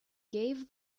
gave